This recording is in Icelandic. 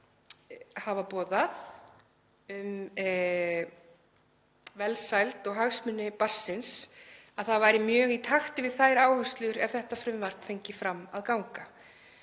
hafa boðað um velsæld og hagsmuni barnsins, að það væri mjög í takti við þær áherslur ef þetta frumvarp fengi fram að ganga.